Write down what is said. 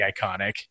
iconic